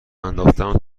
انداختم